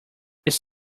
it’s